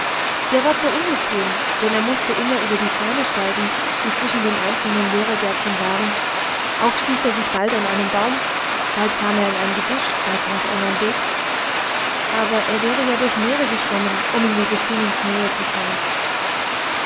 der war zwar unbequem denn er mußte immer über die zäune steigen die zwischen den einzelnen lehrergärtchen waren auch stieß er sich bald an einen baum bald kam er in ein gebüsch bald sank er in ein beet aber er wäre ja durch meere geschwommen um in josephinens nähe zu kommen